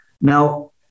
Now